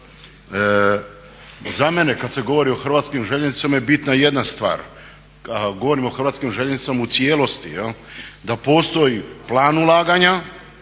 Za mene kad se govori o Hrvatskim željeznicama je bitna jedna stvar, govorim o Hrvatskim željeznicama u cijelosti da postoji plan ulaganja,